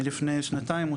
לפני שנתיים,